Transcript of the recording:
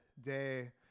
day